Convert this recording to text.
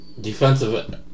defensive